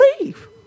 Leave